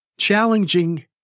challenging